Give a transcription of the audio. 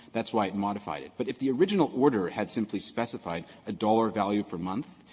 that's why it modified it. but if the original order had simply specified a dollar value per month,